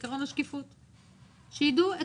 הביטוי